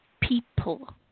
people